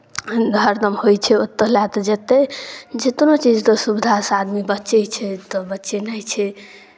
हरदम होइ छै ओतय लए तऽ जेतै जितनो चीजते सुविधासँ आदमी बचै छै तऽ बचेनाइ छै